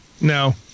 No